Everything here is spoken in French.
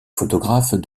photographe